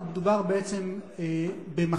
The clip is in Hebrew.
מדובר בעצם במחלה,